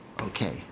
Okay